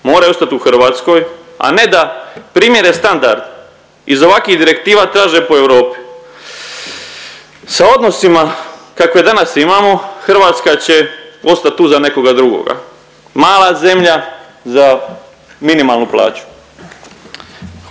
moraju ostat u Hrvatskoj, a ne da primjeren standard iz ovakvih direktiva traže po Europi. Sa odnosima kakve danas imamo Hrvatska će ostat tu za nekoga drugoga. Mala zemlja za minimalnu plaću.